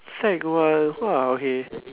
sec one !wah! okay